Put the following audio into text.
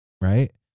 right